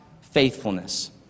faithfulness